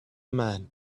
man